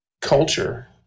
culture